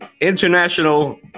International